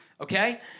okay